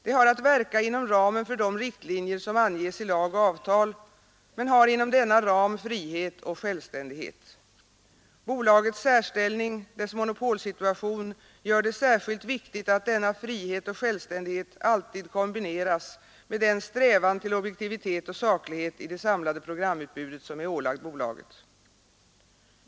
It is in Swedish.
Det har att verka inom ramen för de riktlinjer som anges i lag och avtal men har inom denna ram frihet och självständighet. Bolagets särställning, dess monopolsituation, gör det särskilt viktigt att denna frihet och självständighet alltid kombineras med den strävan till objektivitet och saklighet i det samlade programutbudet som är ålagd bolaget.